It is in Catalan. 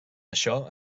això